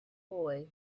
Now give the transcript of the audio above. boy